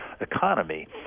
economy